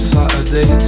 Saturday